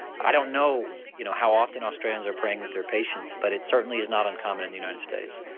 i don't know you know how often australians are praying with their patients but it certainly is not uncommon in the united states.